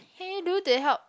what can you do to help